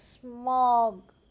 smog